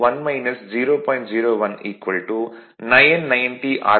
01 990 R